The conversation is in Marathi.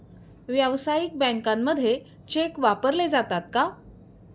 व्यावसायिक बँकांमध्ये चेक वापरले जातात का?